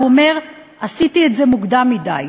אומר: עשיתי את זה מוקדם מדי.